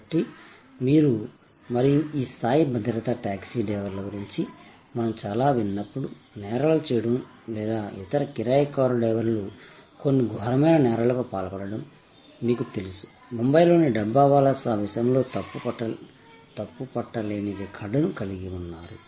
కాబట్టి మీరు మరియు ఈ స్థాయి భద్రత టాక్సీ డ్రైవర్ల గురించి మనం చాలా విన్నప్పుడు నేరాలు చేయడం లేదా ఇతర కిరాయి కారు డ్రైవర్లు కొన్ని ఘోరమైన నేరాలకు పాల్పడటం మీకు తెలుసు ముంబైలోని డబ్బావాలాస్ ఆ విషయంలో తప్పుపట్టలేని రికార్డును కలిగి ఉన్నారు